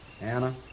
Anna